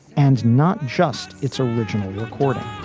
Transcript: and not just its original recording